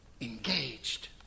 engaged